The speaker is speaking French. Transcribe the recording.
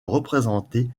représentée